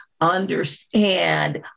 understand